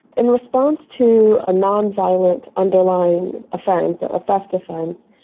in response to a nonviolent underlying offence, a theft offence,